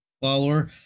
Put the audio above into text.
follower